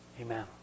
Amen